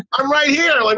um right here. like